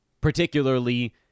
particularly